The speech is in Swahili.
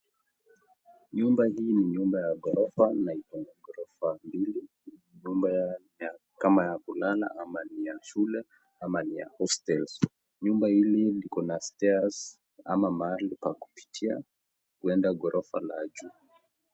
Nyumba hii ni nyumba ya ghorofa na iko na ghorofa mbili. Nyumba kama ya kulala ama ya shule ama ya hostels . Nyumba hili liko na stairs ama mahali pa kupitia kuenda ghorofa la juu.